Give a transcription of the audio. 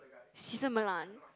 Cesar Millan